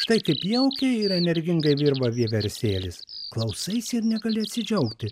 štai kaip jaukiai ir energingai virva vieversėlis klausaisi ir negali atsidžiaugti